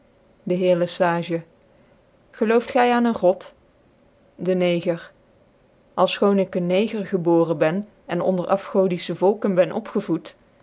dc heer le sage gelooft gy aan een god dc neger alfchoon ik een neger geboren ben en onder afgodife volkoren ben opgevoet